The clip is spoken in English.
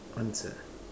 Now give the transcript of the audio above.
answer